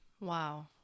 Wow